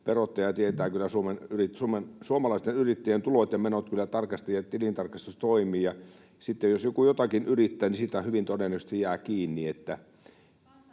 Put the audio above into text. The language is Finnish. verottaja tietää kyllä suomalaisten yrittäjien tulot ja menot tarkasti ja tilintarkastus toimii. Ja sitten jos joku jotakin yrittää, niin siitä hyvin todennäköisesti jää kiinni,